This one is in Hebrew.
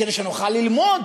כדי שנוכל ללמוד